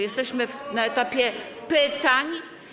Jesteśmy na etapie pytań.